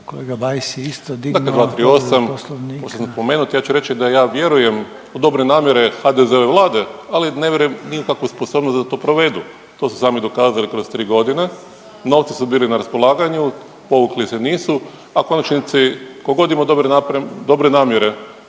**Bajs, Damir (Fokus)** Dakle 238., ja ću napomenuti, ja ću reći da ja vjerujem u dobre namjere HDZ-ove Vlade, ali ne vjerujem u nikakvu sposobnost da to provedu. To su sami dokazali kroz tri godine, novci su bili na raspolaganju, povukli se nisu, a u konačnici tko god imao dobre namjere,